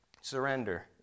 surrender